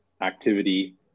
activity